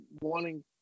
wanting